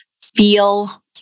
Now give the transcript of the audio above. feel